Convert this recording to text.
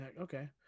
okay